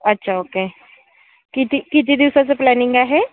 अच्छा ओके किती किती दिवसाचं प्लॅनिंग आहे